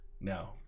No